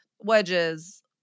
wedges